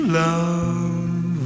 love